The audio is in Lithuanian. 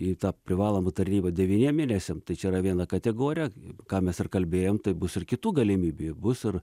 į tą privalomą tarnybą devyniem mėnesiam tai čia yra viena kategorija ką mes ir kalbėjom tai bus ir kitų galimybių bus ir